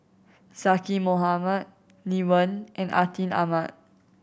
Zaqy Mohamad Lee Wen and Atin Amat